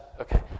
Okay